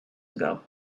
ago